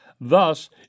Thus